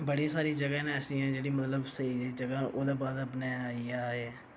बड़ी सारी जगह नै ऐसियां जेह्ड़ियां मतलब स्हेई जगह् ओह्दे बाद अपने आई गेआ एह्